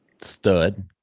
stud